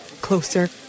closer